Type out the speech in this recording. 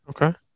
Okay